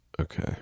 Okay